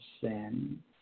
sin